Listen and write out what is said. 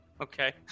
Okay